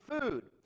food